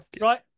right